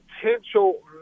potential